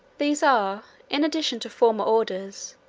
these are, in addition to former orders,